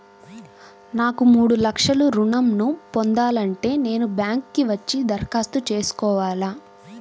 నాకు మూడు లక్షలు ఋణం ను పొందాలంటే నేను బ్యాంక్కి వచ్చి దరఖాస్తు చేసుకోవాలా?